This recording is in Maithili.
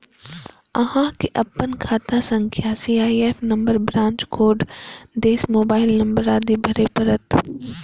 अहां कें अपन खाता संख्या, सी.आई.एफ नंबर, ब्रांच कोड, देश, मोबाइल नंबर आदि भरय पड़त